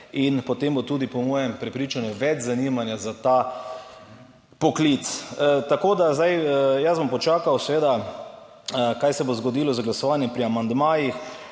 in potem bo tudi po mojem prepričanju več zanimanja za ta poklic. Tako da zdaj jaz bom počakal seveda, kaj se bo zgodilo z glasovanjem pri amandmajih.